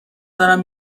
دارم